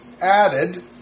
added